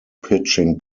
pitching